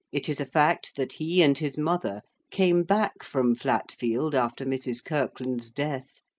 it is a fact that he and his mother came back from flatfield after mrs. kirkland's death,